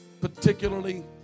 particularly